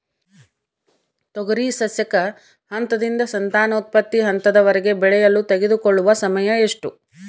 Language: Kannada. ತೊಗರಿ ಸಸ್ಯಕ ಹಂತದಿಂದ ಸಂತಾನೋತ್ಪತ್ತಿ ಹಂತದವರೆಗೆ ಬೆಳೆಯಲು ತೆಗೆದುಕೊಳ್ಳುವ ಸಮಯ ಎಷ್ಟು?